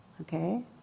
okay